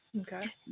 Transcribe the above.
Okay